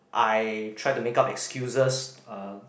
I try to make up excuses uh